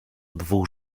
dwóch